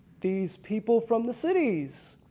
these people from the cities.